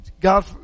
God